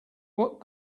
what